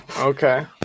Okay